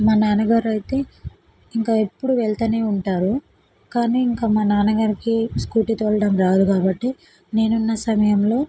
మా నాన్నగారు అయితే ఇంకా ఎప్పుడు వెళుతూనే ఉంటారు కానీ ఇంకా మా నాన్నగారికి స్కూటీ తోలడం రాదు కాబట్టి నేనున్న సమయంలో